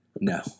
No